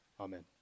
Amen